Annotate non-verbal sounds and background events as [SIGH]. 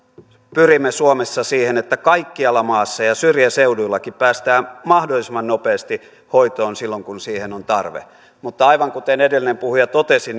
pyrimme suomessa siihen että kaikkialla maassa ja syrjäseuduillakin päästään mahdollisimman nopeasti hoitoon silloin kun siihen on tarve mutta aivan kuten edellinen puhuja totesi [UNINTELLIGIBLE]